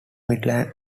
midlands